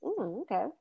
okay